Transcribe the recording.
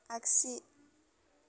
आग्सि